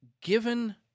Given